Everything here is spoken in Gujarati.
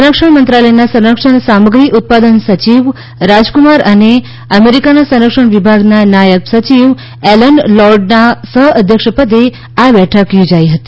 સંરક્ષણ મંત્રાલયના સંરક્ષણ સામગ્રી ઉત્પાદન સચિવ રાજકુમાર અને અમેરિકાના સંરક્ષણ વિભાગના નાયબ સચિવ એલન લોર્ડના સહઅધ્યક્ષપદે આ બેઠક યોજાઈ હતી